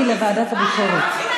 לוועדת הביקורת.